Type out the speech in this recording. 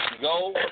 Go